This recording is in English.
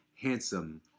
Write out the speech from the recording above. handsome